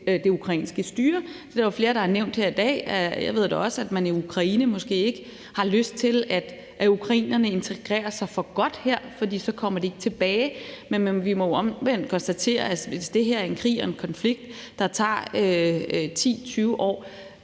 er der jo flere der har nævnt her i dag. Jeg ved da også, at man i Ukraine måske ikke har lyst til, at ukrainerne integrerer sig for godt, for så kommer de ikke tilbage, men vi må omvendt konstatere, at hvis det her er en krig og en konflikt, der tager 10, 20 år,